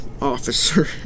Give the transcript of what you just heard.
officer